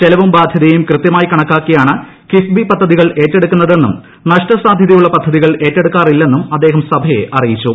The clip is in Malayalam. ചെലവും ബാധൃതയും കൃത്യമായി കണക്കാക്കിയാണ് കിഫ്ബി പദ്ധതികൾ ഏറ്റെടുക്കുന്നതെന്നും നഷ്ട സാധ്യതയുള്ള പദ്ധതികൾ ഏറ്റെടുക്കാറില്ലെന്നും അദ്ദേഹം സഭയെ അറിയിച്ചു